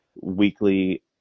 weekly